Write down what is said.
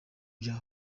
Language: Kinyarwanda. bya